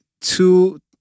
two